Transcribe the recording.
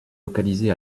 localisé